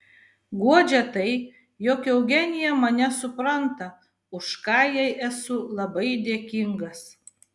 guodžia tai jog eugenija mane supranta už ką jai esu labai dėkingas